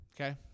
Okay